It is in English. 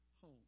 home